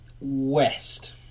west